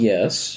Yes